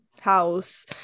house